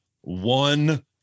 one